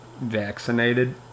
vaccinated